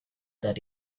that